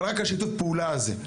אבל רק השיתוף פעולה הזה.